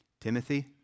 Timothy